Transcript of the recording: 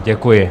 Děkuji.